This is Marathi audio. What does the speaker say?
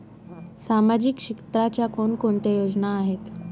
सामाजिक क्षेत्राच्या कोणकोणत्या योजना आहेत?